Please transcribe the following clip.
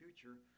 future